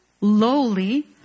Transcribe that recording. lowly